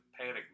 panic